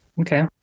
Okay